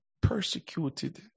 persecuted